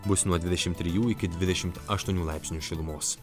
bus nuo dvidešimt trijų iki dvidešimt aštuonių laipsnių šilumos